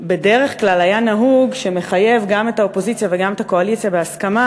בדרך כלל היה נהוג שהוא מחייב גם את האופוזיציה וגם את הקואליציה בהסכמה